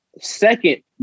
second